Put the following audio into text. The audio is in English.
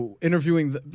Interviewing